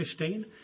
2015